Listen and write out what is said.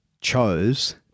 chose